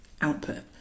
output